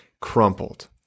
crumpled